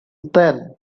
then